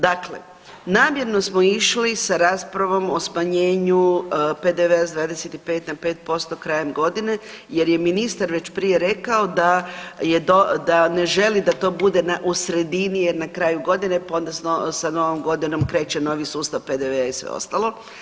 Dakle, namjerno smo išli sa raspravom o smanjenju PDV-a s 25 na 5% krajem godine jer je ministar već prije rekao da ne želi da to bude u sredini il na kraju godine pa odnosno sa Novom Godinom kreće novi sustav PDV-a i sve ostalo.